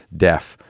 deaf.